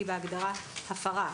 בהגדרה "הפרה",